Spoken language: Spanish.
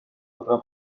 otra